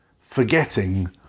forgetting